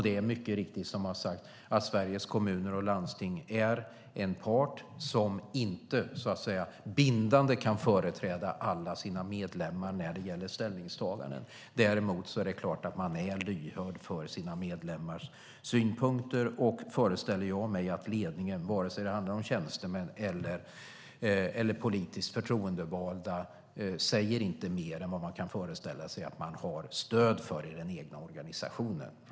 Det är mycket riktigt som har sagts att Sveriges Kommuner och Landsting är en part som inte bindande kan företräda alla sina medlemmar när det gäller ställningstaganden. Däremot är det klart att man är lyhörd för sina medlemmars synpunkter och, föreställer jag mig, att ledningen oavsett om det handlar om tjänstemän eller politiskt förtroendevalda inte säger mer än man kan föreställa sig att man har stöd för i den egna organisationen.